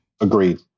Agreed